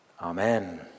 Amen